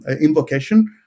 invocation